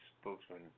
spokesman